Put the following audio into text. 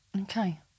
okay